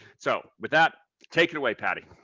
so with that, take it away, paty.